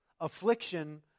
Affliction